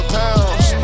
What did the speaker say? pounds